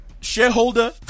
Shareholder